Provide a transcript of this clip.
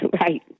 Right